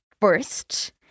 first